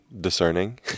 discerning